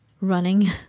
running